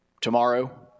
tomorrow